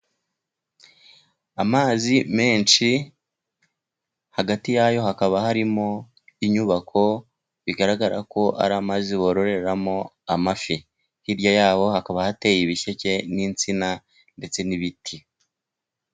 Amazi menshi, hagati yayo hakaba harimo inyubako bigaragara ko ari amazi bororeramo amafi. Hirya yaho hakaba hateye ibisheke n'insina ndetse n'ibiti.